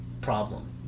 problem